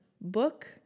book